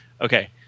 Okay